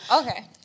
Okay